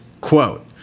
quote